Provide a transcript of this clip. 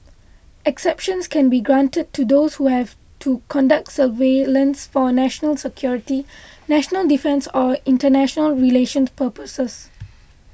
exceptions can be granted to those who have to conduct surveillance for national security national defence or international relations purposes